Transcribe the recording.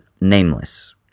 nameless